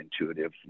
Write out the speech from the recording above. Intuitive